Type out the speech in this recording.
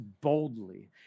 boldly